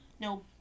No